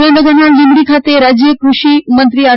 સુરેન્દ્રનગરના લીંબડી ખાતે રાજ્ય કૃષિમંત્રી આર